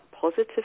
positive